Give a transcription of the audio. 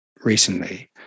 recently